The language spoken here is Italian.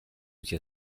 sia